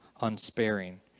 unsparing